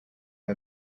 are